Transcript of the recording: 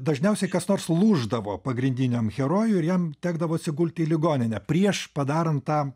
dažniausiai kas nors lūždavo pagrindiniam herojui ir jam tekdavo atsigulti į ligoninę prieš padarant tą